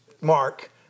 mark